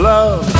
Love